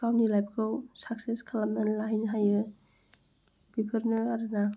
गावनि लाइफखौ साकसेस खालामनानै लाहैनो हायो बेफोरनो आरो ना